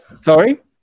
Sorry